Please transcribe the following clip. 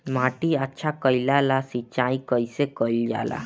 माटी अच्छा कइला ला सिंचाई कइसे कइल जाला?